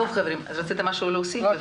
יהודה, רצית משהו להוסיף?